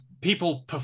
people